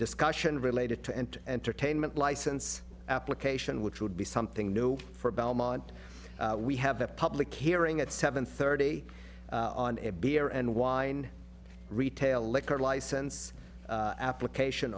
discussion related to and entertainment license application which would be something new for belmont we have a public hearing at seven thirty on a beer and wine retail liquor license application